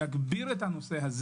יגביר את הנושא,